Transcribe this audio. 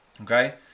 Okay